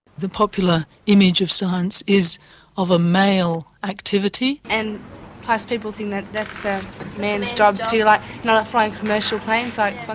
the popular image of science is of a male activity. and plus people think that that's a man's job too, like flying commercial planes like but